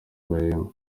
bahembwa